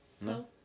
No